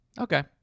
okay